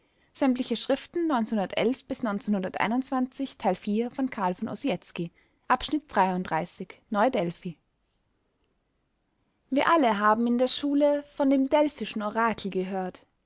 wir alle haben in der schule von dem delphischen orakel gehört